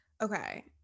Okay